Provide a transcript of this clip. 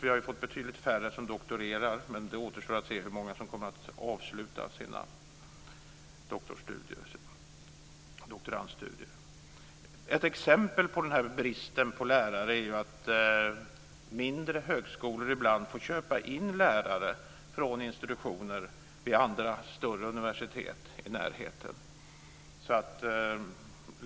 Det har blivit betydligt färre som doktorerar, men det återstår att se hur många som kommer att avsluta sina doktorandstudier. Bristen på lärare leder ibland till att mindre högskolor får köpa in lärare från institutioner vid andra större universitet i närheten.